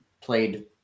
played